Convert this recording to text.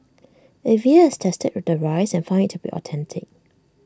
A V A has tested the rice and found to be authentic